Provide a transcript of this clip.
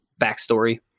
backstory